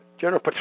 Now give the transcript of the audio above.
General